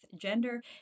gender